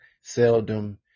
seldom